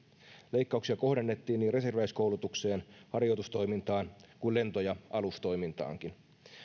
leikkauksia kohdennettiin niin reserviläiskoulutukseen harjoitustoimintaan kuin lento ja alustoimintaankin